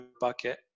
bucket